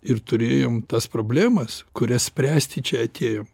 ir turėjom tas problemas kurias spręsti čia atėjom